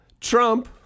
Trump